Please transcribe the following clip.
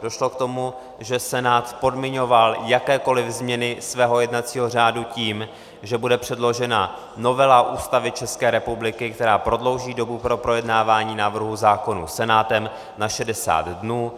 Došlo k tomu, že Senát podmiňoval jakékoli změny svého jednacího řádu tím, že bude předložena novela Ústavy České republiky, která prodlouží dobu pro projednávání návrhů zákonů Senátem na 60 dnů.